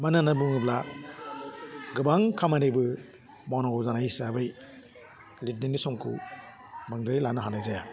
मानो होन्ना बुङोब्ला गोबां खामानिबो मावनांगौ जानाय हिसाबै लिरनायनि समखौ बांद्राय लानो हानाय जाया